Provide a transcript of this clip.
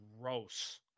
gross